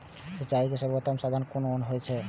सिंचाई के सर्वोत्तम साधन कुन होएत अछि?